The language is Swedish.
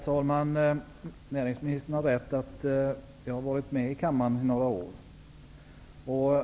Herr talman! Näringsministern har rätt i att jag har varit med i kammaren några år.